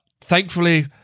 thankfully